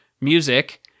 music